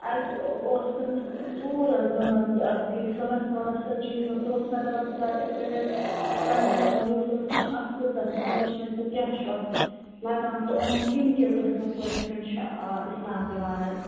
اَتہِ اوس تٔمِس ژوٗر حظ گٔمٕژ اَتھ یہِ سۄنَس وۄنَس سُہ چیٖزَن سُہ اوس مےٚ دَپان ژٕ کر یِتھ کٔٹھۍ حظ کَنفٲم مولوی صٲبَس نِش اَتھ کۭژاہ پٔنِشمٮ۪نٛٹ تہٕ کیٛاہ چھُ اَتھ لگان تہٕ یِمَن کَمہِ کَمہِ قٕسمُک پٔنِشمٮ۪نٛٹ چھِ آ اِسلام دِوان حظ